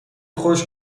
خشک